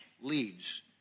leads